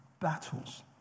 Battles